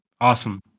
Awesome